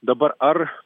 dabar ar